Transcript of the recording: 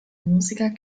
musiker